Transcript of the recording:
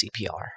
CPR